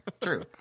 True